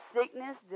sickness